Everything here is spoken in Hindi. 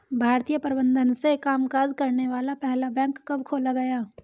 भारतीय प्रबंधन से कामकाज करने वाला पहला बैंक कब खोला गया?